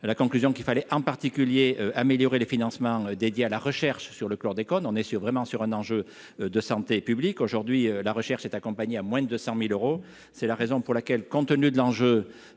la conclusion qu'il fallait en particulier améliorer les financements dédiés à la recherche sur le chlordécone, on est sûr vraiment sur un enjeu de santé publique aujourd'hui, la recherche est accompagné à moins de 100000 euros, c'est la raison pour laquelle, compte tenu de l'enjeu